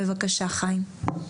בבקשה חיים.